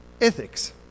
ethics